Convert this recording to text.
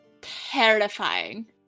terrifying